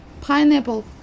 pineapple